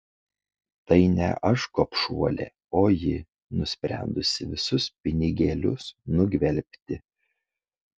tai ne aš gobšuolė o ji nusprendusi visus pinigėlius nugvelbti